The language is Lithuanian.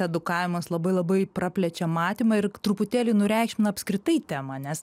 edukavimas labai labai praplečia matymą ir truputėlį nureikšmina apskritai temą nes